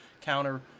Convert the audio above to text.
counter